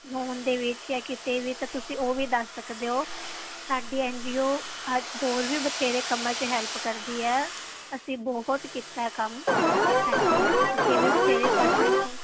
non ਦੇ ਵਿੱਚ ਜਾਂ ਕਿਤੇ ਵੀ ਤਾਂ ਤੁਸੀਂ ਉਹ ਵੀ ਦੱਸ ਸਕਦੇ ਹੋ ਸਾਡੀ ਐਨ ਜੀ ਓ ਅੱਜ ਹੋਰ ਵੀ ਬਥੇਰੇ ਕੰਮਾਂ 'ਚ ਹੈਲਪ ਕਰਦੀ ਹੈ ਅਸੀਂ ਬਹੁਤ ਕੀਤਾ ਕੰਮ ਹਾਂਜੀ ਅੱਗੇ ਵੀ ਬਥੇਰੇ ਪਰਸਨਸ ਨੂੰ